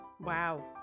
Wow